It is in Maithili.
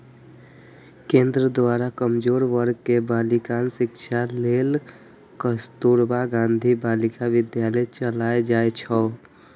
केंद्र द्वारा कमजोर वर्ग के बालिकाक शिक्षा लेल कस्तुरबा गांधी बालिका विद्यालय चलाएल जाइ छै